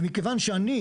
ומכיון שאני,